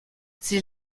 sie